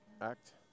Act